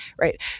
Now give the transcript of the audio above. right